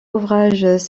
ouvrages